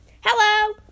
Hello